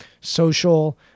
social